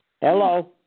Hello